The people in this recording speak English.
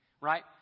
Right